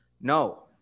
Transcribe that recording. No